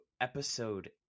episode